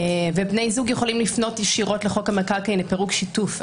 ובני זוג יכולים לפנות ישירות לחוק המקרקעין לפירוק שיתוף,